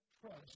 trust